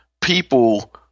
people